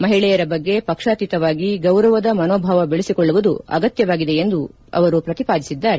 ಮಹಿಳೆಯರ ಬಗ್ಗೆ ಪಕ್ಷಾತೀತವಾಗಿ ಗೌರವದ ಮನೋಭಾವ ಬೆಳೆಸಿಕೊಳ್ಳುವುದು ಆಗತ್ಯವಾಗಿದೆ ಎಂದು ಅವರು ಪ್ರತಿಪಾದಿಸಿದ್ದಾರೆ